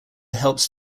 helps